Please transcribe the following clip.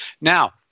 Now